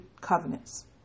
covenants